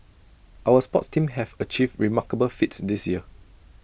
our sports teams have achieved remarkable feats this year